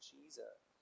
Jesus